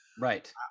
right